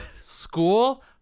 school